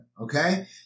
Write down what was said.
okay